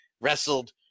wrestled